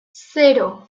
zero